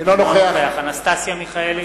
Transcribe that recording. אינו נוכח אנסטסיה מיכאלי,